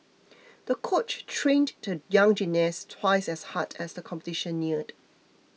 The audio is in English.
the coach trained the young gymnast twice as hard as the competition neared